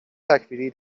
تکفیری